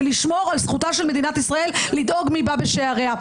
כדי לשמור על זכותה של מדינת ישראל לדאוג מי בא בשעריה.